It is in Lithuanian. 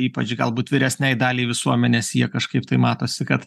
ypač galbūt vyresnei daliai visuomenės jie kažkaip tai matosi kad